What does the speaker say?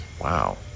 Wow